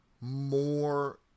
more